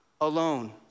alone